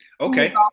Okay